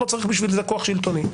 לא צריך בשביל זה כוח שלטוני.